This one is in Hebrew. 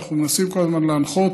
ואנחנו מנסים כל הזמן להנחות.